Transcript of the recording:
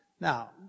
Now